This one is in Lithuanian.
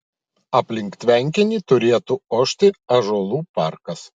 aplink tvenkinį turėtų ošti ąžuolų parkas